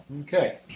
Okay